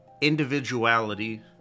Individuality